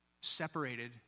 separated